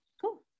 cool